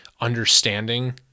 understanding